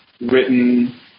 written –